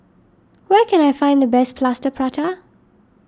where can I find the best Plaster Prata